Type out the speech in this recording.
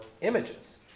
images